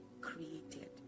created